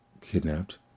kidnapped